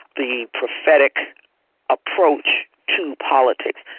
the prophetic approach to politics,